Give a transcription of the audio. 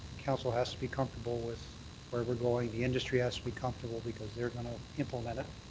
council has to be comfortable with where we're going. the industry has to be comfortable because they're going to implement it.